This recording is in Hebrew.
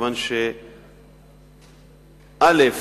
מכיוון שא.